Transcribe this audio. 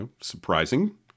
surprising